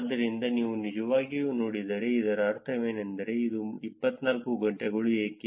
ಆದ್ದರಿಂದ ನೀವು ನಿಜವಾಗಿಯೂ ನೋಡಿದರೆ ಇದರ ಅರ್ಥವೇನೆಂದರೆ ಅದು 24 ಗಂಟೆಗಳು ಏಕೆ